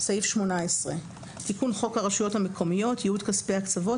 סעיף 18. תיקון חוק הרשויות המקומיות (ייעוד כספי הקצבות